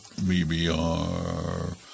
VBR